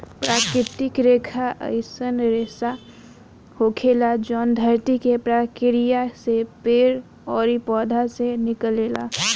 प्राकृतिक रेसा अईसन रेसा होखेला जवन धरती के प्रक्रिया से पेड़ ओरी पौधा से निकलेला